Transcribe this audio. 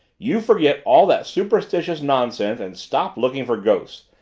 you forget all that superstitious nonsense and stop looking for ghosts!